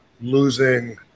losing